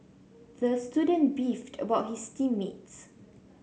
the student beefed about his team mates